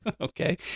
Okay